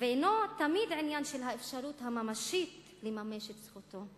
ואינה תמיד העניין של האפשרות הממשית לממש את זכותו,